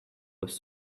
was